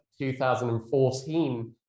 2014